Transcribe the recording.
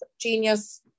genius